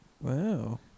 Wow